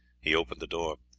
he opened the door.